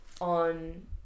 on